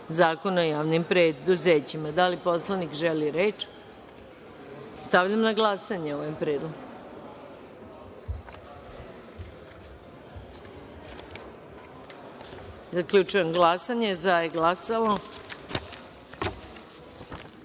Zakona o javnim preduzećima. Da li poslanik želi reč? Stavljam na glasanje ovaj predlog. Zaključujem glasanje: za –